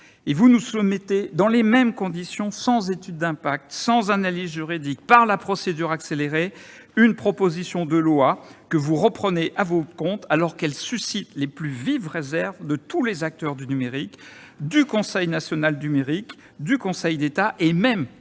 et vous nous soumettez, dans les mêmes conditions, sans étude d'impact, sans analyse juridique, en recourant à la procédure accélérée, une proposition de loi que vous reprenez à votre compte, alors qu'elle suscite les plus vives réserves de tous les acteurs du numérique, du Conseil national du numérique, du Conseil d'État et même